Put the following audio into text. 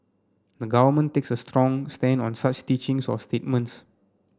the Government takes a strong stand on such teachings or statements